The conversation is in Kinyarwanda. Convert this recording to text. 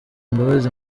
imbabazi